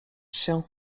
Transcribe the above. się